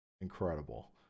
incredible